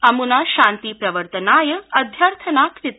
अम्ना शान्ति प्रवर्तनाय अध्यर्थना कृता